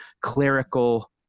clerical